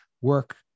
work